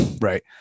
right